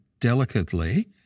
delicately